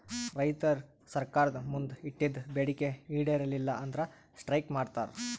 ರೈತರ್ ಸರ್ಕಾರ್ದ್ ಮುಂದ್ ಇಟ್ಟಿದ್ದ್ ಬೇಡಿಕೆ ಈಡೇರಲಿಲ್ಲ ಅಂದ್ರ ಸ್ಟ್ರೈಕ್ ಮಾಡ್ತಾರ್